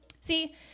See